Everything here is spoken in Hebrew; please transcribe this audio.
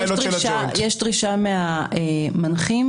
יש דרישה מהמנחים,